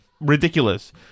ridiculous